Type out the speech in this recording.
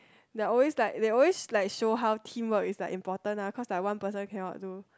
they always like they always like show how teamwork is like important lah cause like one person cannot do